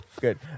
good